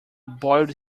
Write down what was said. boiled